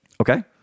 Okay